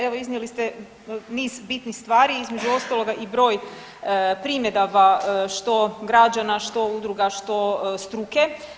Evo iznijeli ste niz bitnih stvari između ostaloga i broj primjedaba što građana, što udruga, što struke.